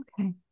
Okay